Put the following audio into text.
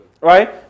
right